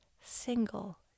single